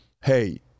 hey